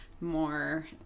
more